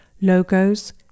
logos